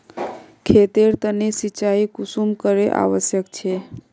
खेतेर तने सिंचाई कुंसम करे आवश्यक छै?